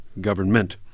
government